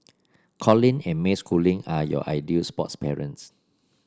Colin and May Schooling are your ideal sports parents